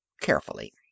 carefully